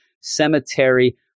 cemetery